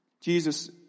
Jesus